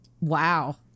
wow